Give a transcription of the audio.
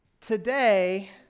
Today